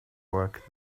work